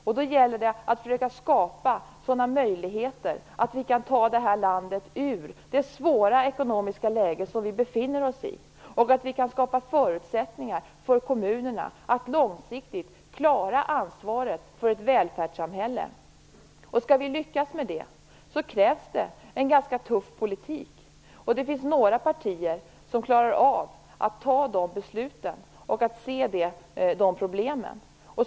Och då gäller det att skapa sådana möjligheter att vi kan ta det här landet ur det svåra ekonomiska läge som det befinner sig i och att skapa förutsättningar för kommunerna att långsiktigt klara ansvaret för ett välfärdssamhälle. Skall vi lyckas med det krävs det en ganska tuff politik, och det finns några partier som klarar av att se problemen och fatta de beslut som krävs.